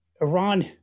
Iran